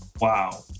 Wow